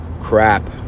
crap